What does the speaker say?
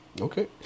Okay